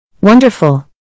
Wonderful